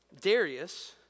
Darius